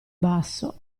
basso